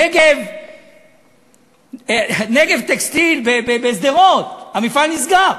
"נגב טקסטיל" בשדרות, המפעל נסגר,